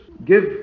give